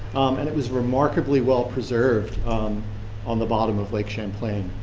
and it was remarkably well preserved um on the bottom of lake champlain.